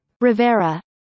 Rivera